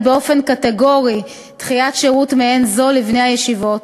באופן קטגורי דחיית שירות מעין זו לבני הישיבות,